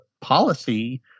policy